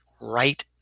right